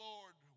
Lord